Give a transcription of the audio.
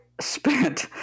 spent